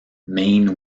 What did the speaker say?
maine